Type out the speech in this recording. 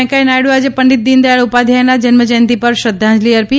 વેંકૈયા નાયડુએ આજે પંડિત દીનદયાળ ઉપાધ્યાયના જન્મજયંતિ પર શ્રદ્વાંજલિ અર્પી છે